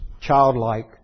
childlike